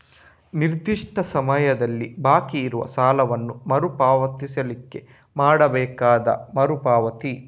ನಿರ್ದಿಷ್ಟ ಸಮಯದಲ್ಲಿ ಬಾಕಿ ಇರುವ ಸಾಲವನ್ನ ಮರು ಪಾವತಿಸ್ಲಿಕ್ಕೆ ಮಾಡ್ಬೇಕಾದ ಮರು ಪಾವತಿ